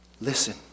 Listen